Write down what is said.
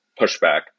pushback